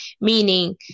meaning